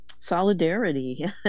Solidarity